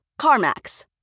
CarMax